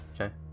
Okay